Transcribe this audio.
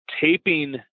taping